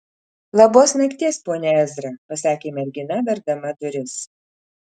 labos nakties pone ezra pasakė mergina verdama duris